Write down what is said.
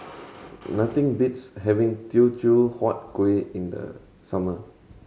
nothing beats having Teochew Huat Kuih in the summer